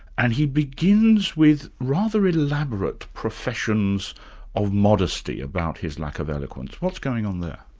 and he begins with rather elaborate professions of modesty about his lack of eloquence. what's going on there?